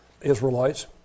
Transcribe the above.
Israelites